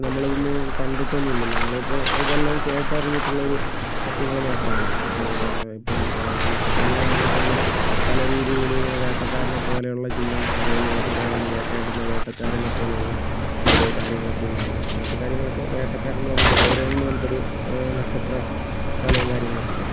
നമ്മളിതൊന്നും കണ്ടിട്ടൊന്നും ഇല്ലല്ലോ നമ്മളിപ്പോൾ ഇതെല്ലം കേട്ടറിഞ്ഞിട്ടുള്ളൊരു സത്യങ്ങൾ മാത്രമാണ് ഇപ്പം നക്ഷത്രങ്ങളാണെങ്കിൽ തന്നെ പല രീതിയിൽ ഇങ്ങനെ വേട്ടക്കാരനെ പോലെയുള്ള ചിഹ്നം അതായത് വേട്ടക്കാരൻ വേട്ടയാടുന്ന വേട്ടക്കാരനെ പോലെയുള്ള ഒരു കാര്യങ്ങളൊക്കെയുണ്ടാകും അങ്ങനത്തെ കാര്യങ്ങളൊക്കെ വേട്ടക്കാരൻ എന്ന് പറഞ്ഞിട്ടൊരു ഓറിയോൺ എന്ന് പറഞ്ഞിട്ടൊരു നക്ഷത്ര ഫലവും കാര്യങ്ങളൊക്കെയുണ്ട്